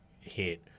hit